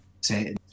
say